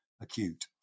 acute